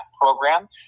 program